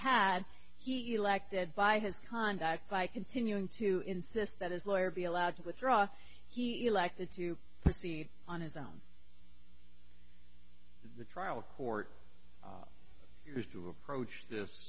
had he elected by his conduct by continuing to insist that his lawyer be allowed to withdraw he elected to proceed on his own the trial court is to approach